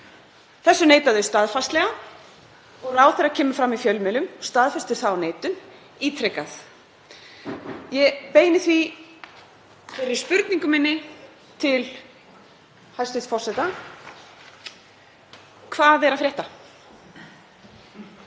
Þessu neita þau staðfastlega og ráðherra kemur fram í fjölmiðlum og staðfestir þá neitun ítrekað. Ég beini því þeirri spurningu minni til hæstv. forseta: Hvað er að frétta?